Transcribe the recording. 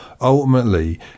Ultimately